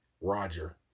Roger